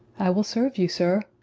i will serve you, sir.